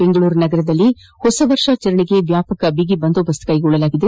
ಬೆಂಗಳೂರು ನಗರದಲ್ಲಿ ಹೊಸ ವರ್ಷಾಚರಣೆಗೆ ವ್ಲಾಪಕ ಬಿಗಿ ಬಂದೋಬಸ್ತ್ ಕ್ಲೆಗೊಳ್ಳಲಾಗಿದೆ